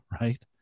right